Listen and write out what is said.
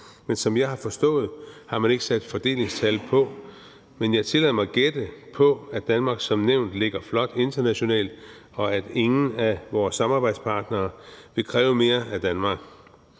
men som jeg har forstået, har man ikke sat fordelingstal på, men jeg tillader mig at gætte på, at Danmark som nævnt ligger flot internationalt, og at ingen af vore samarbejdspartnere vil kræve mere af Danmark.